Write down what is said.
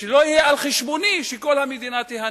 שלא יהיה שעל-חשבוני כל המדינה תיהנה.